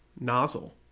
nozzle